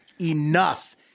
enough